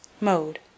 Mode